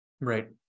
Right